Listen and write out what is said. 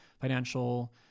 financial